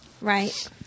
right